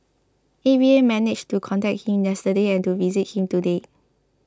A V A managed to contact him yesterday and to visit him today